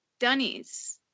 Dunnies